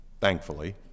Thankfully